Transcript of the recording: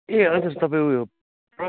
ए हजुर तपाईँ उयो